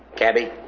cabby!